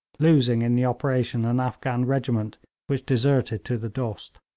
losing in the operation an afghan regiment which deserted to the dost.